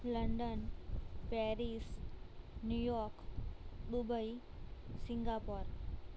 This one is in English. London Paris New York Dubai Singapore